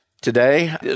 today